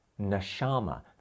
neshama